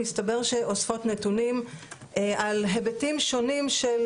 מסתבר שאוספות נתונים על היבטים שונים של